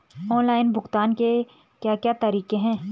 Online भुगतान के क्या क्या तरीके हैं?